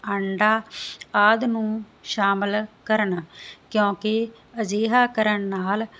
ਆਂਡਾ ਆਦਿ ਨੂੰ ਸ਼ਾਮਿਲ ਕਰਨਾ ਕਿਉਂਕਿ ਅਜਿਹਾ ਕਰਨ ਨਾਲ ਉਹਨਾਂ ਦਾ